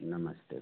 नमस्ते